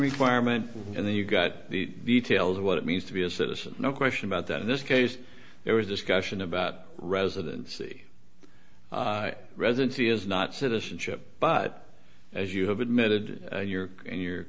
requirement and then you got the details of what it means to be a citizen no question about that in this case there was discussion about residency residency is not citizenship but as you have admitted your in your